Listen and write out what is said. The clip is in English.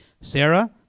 Sarah